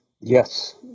Yes